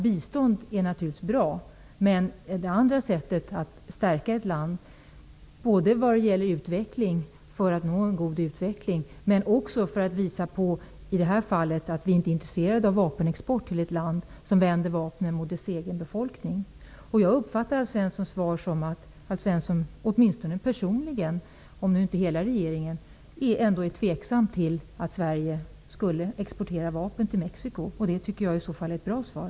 Bistånd är naturligtvis bra, både för att stärka ett land och nå en god utveckling, men också -- som i detta fall -- för att visa att vi inte är intresserade av vapenexport till ett land som vänder vapnen mot dess egen befolkning. Jag uppfattar Alf Svenssons svar som att åtminstone Alf Svensson personligen, om nu inte hela regeringen, ändå är tveksam till att Sverige exporterar vapen till Mexico. Det tycker jag i så fall är ett bra svar.